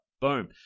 Boom